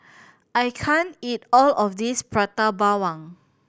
I can't eat all of this Prata Bawang